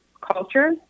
culture